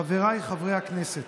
חבריי חברי הכנסת,